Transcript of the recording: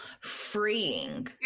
freeing